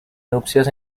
nupcias